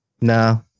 No